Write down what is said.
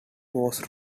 was